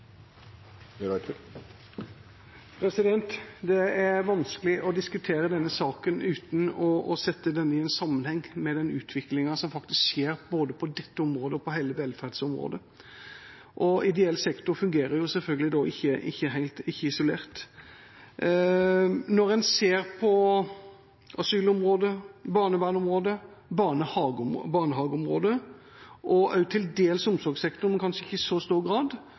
vanskelig å diskutere denne saken uten å sette den i sammenheng med den utviklingen som faktisk skjer både på dette området og på hele velferdsområdet. Ideell sektor fungerer selvfølgelig ikke helt isolert. Når en ser på asylområdet, barnevernområdet, barnehageområdet, og også til dels omsorgssektoren, men kanskje ikke i så stor grad,